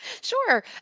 Sure